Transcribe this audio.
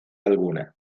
alguna